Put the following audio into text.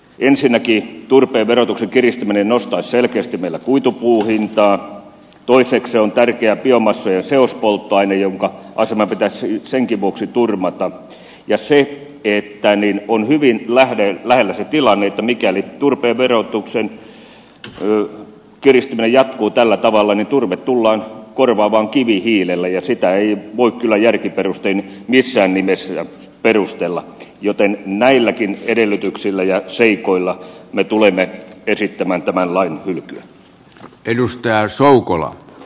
ensinnäkin turpeen verotuksen kiristäminen nostaisi selkeästi meillä kuitupuun hintaa toiseksi se on tärkeä biomassojen seospolttoaine jonka asema pitäisi senkin vuoksi turvata ja on hyvin lähellä se tilanne että mikäli turpeen verotuksen kiristyminen jatkuu tällä tavalla niin turve tullaan korvaamaan kivihiilellä ja sitä ei voi kyllä järkiperustein missään nimessä perustella joten näilläkin edellytyksillä ja seikoilla me tulemme esittämään tämän lain hylkyä